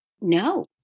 No